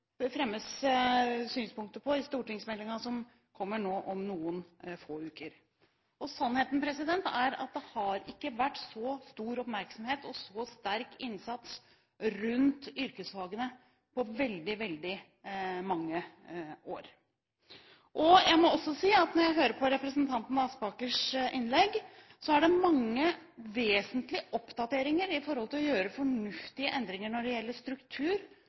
bør fremmes synspunkter på i stortingsmeldingen som kommer om noen få uker, noe representantene er godt kjent med. Sannheten er at det ikke har vært så stor oppmerksomhet og så sterk innsats rundt yrkesfagene på veldig, veldig mange år. Jeg må også si at når jeg hører på representanten Aspakers innlegg, er det mange vesentlige oppdateringer i forhold til å gjøre fornuftige endringer i struktur